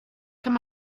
kann